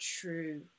true